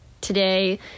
today